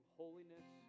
holiness